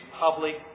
public